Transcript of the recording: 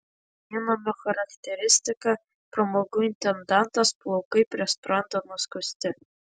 įnamio charakteristika pramogų intendantas plaukai prie sprando nuskusti